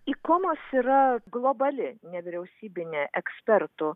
ikomos yra globali nevyriausybinė ekspertų